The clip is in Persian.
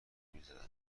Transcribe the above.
میزدن